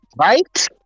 Right